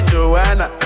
Joanna